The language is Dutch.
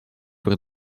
voor